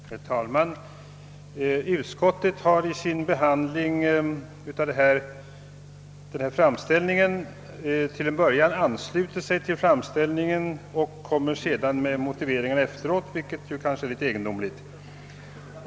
Herr talman! Utskottet har vid sin behandling av denna framställning till en början anslutit sig till framställningen och kommer med motivering härför efteråt, vilket kanske är litet egendomligt.